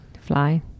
fly